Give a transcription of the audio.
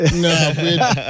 No